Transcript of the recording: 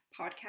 podcast